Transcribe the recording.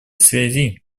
связи